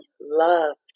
loved